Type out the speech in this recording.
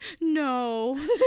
no